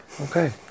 Okay